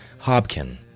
Hobkin